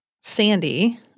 Sandy